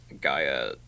Gaia